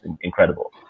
Incredible